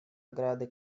ограды